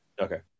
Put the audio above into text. Okay